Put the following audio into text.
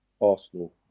arsenal